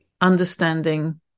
understanding